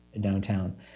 downtown